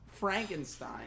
Frankenstein